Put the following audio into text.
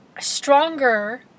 stronger